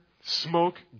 smoke